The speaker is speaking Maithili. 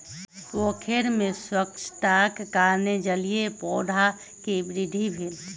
पोखैर में स्वच्छताक कारणेँ जलीय पौधा के वृद्धि भेल